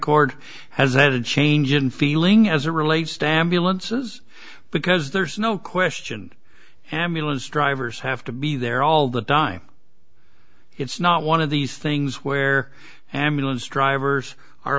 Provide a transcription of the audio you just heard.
court has had a change in feeling as it relates stamp elance is because there's no question annulus drivers have to be there all the time it's not one of these things where ambulance drivers are